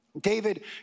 David